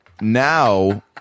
now